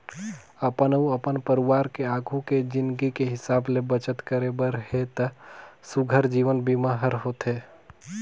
अपन अउ अपन परवार के आघू के जिनगी के हिसाब ले बचत करे बर हे त सुग्घर जीवन बीमा हर होथे